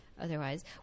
Otherwise